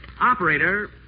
Operator